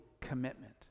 commitment